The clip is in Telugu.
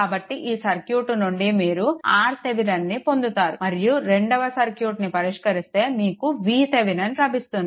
కాబట్టి ఈ సర్క్యూట్ నుండి మీరు RTheveninను పొందుతారు మరియు రెండవ సర్క్యూట్ను పరిష్కరిస్తే మీకు VThevenin లభిస్తుంది